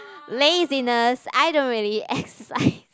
laziness I don't really exercise